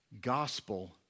gospel